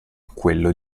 quello